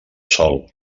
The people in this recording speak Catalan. sol